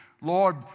Lord